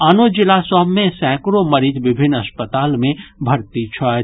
आनो जिला सभ मे सैकड़ों मरीज विभिन्न अस्पताल मे भर्ती छथि